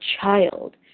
child